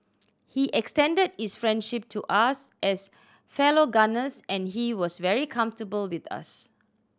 he extended his friendship to us as fellow gunners and he was very comfortable with us